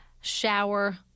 shower